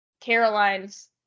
caroline's